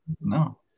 No